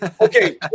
Okay